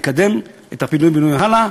לקדם את הפינוי-בינוי הלאה.